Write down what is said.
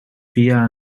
via